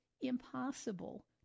impossible